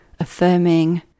affirming